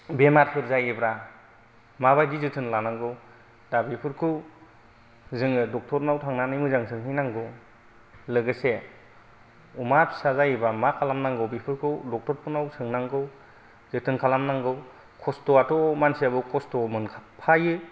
बेमारफोर जायोब्ला माबादि जोथोन लानांगौै दा बेफोरखौ जोङो डाक्टर नाव थांनानै मोजां सोंहैनांगौ लोगोसे अमा फिसा जायोब्ला मा खालामनांगौ बेफोरखौ डाक्टर फोरनाव सोंनांगौ जोथोन खालामनांगौ खसथ'आथ' मानसियाबो खसथ' मोनफायो